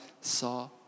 saw